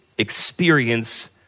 experience